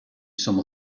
some